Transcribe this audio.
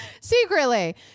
secretly